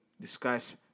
discuss